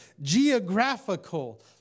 geographical